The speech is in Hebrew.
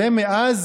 המדינה.